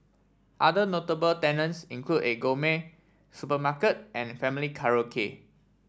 other notable tenants include a gourmet supermarket and family karaoke